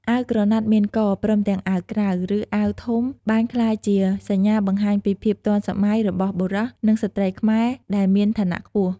អាវក្រណាត់មានក ព្រមទាំងអាវក្រៅ ឬ អាវធំបានក្លាយជាសញ្ញាបង្ហាញពីភាពទាន់សម័យរបស់បុរស និងស្ត្រីខ្មែរដែលមានឋានៈខ្ពស់។